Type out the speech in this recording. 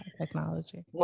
Technology